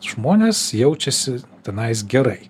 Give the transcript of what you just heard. žmonės jaučiasi tenais gerai